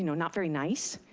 you know not very nice,